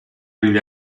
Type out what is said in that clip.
agli